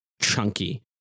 chunky